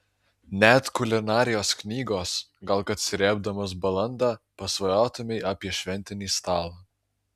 net kulinarijos knygos gal kad srėbdamas balandą pasvajotumei apie šventinį stalą